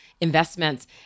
investments